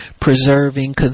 preserving